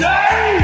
Day